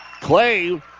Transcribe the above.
Clay